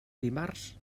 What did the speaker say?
dimarts